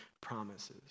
promises